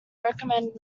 recommended